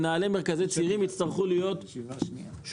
מנהלי מרכזי צעירים יצטרכו להיות שותפים.